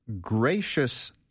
gracious